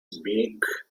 beak